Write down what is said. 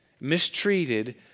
mistreated